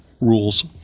rules